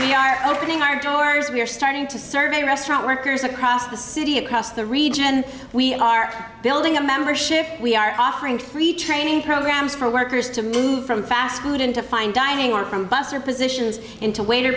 you are opening our doors we're starting to survey restaurant workers across the city across the region and we are building a membership we are offering free training programs for workers to move from fast food into fine dining or from bus or positions into waiter